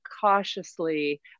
cautiously